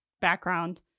background